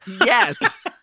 Yes